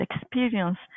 experience